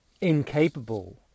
incapable